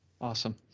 Awesome